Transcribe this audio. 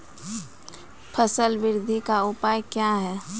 फसल बृद्धि का उपाय क्या हैं?